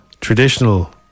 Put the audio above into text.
Traditional